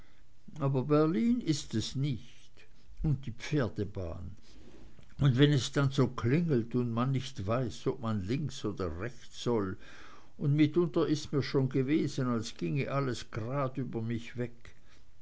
aber berlin ist es nicht und die pferdebahn und wenn es dann so klingelt und man nicht weiß ob man links oder rechts soll und mitunter ist mir schon gewesen als ginge alles grad über mich weg